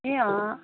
ए अँ